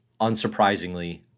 Unsurprisingly